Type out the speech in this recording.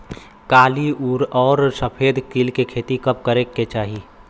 काली अउर सफेद तिल के खेती कब करे के चाही?